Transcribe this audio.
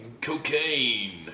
Cocaine